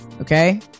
Okay